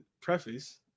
preface